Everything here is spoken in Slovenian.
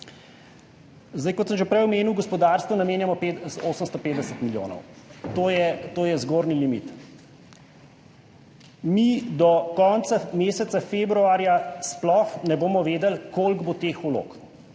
Kot sem že prej omenil, gospodarstvu namenjamo 850 milijonov. To je zgornji limit. Mi do konca meseca februarja sploh ne bomo vedeli, koliko bo teh vlog,